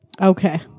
Okay